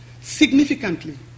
significantly